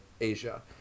asia